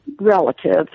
relatives